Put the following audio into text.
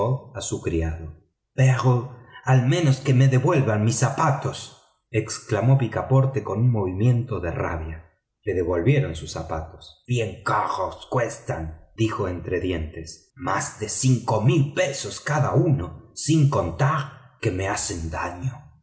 a su criado pero al menos que me devuelvan mis zapatos exclamó picaporte con un movimiento de rabia le devolvieron sus zapatos bien caros cuestan dijo entre dientes más de mil libras cada uno sin contar que me hacen daño